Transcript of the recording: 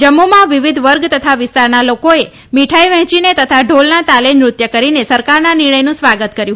જમ્મુમાં વિવિધ વર્ગ તથા વિસ્તારના લોકોએ મીઠાઇ વહેંચીને તથા ઢોલના તાલે નૃત્ય કરીને સરકારના નિર્ણયનું સ્વાગત કર્યું